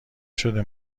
شده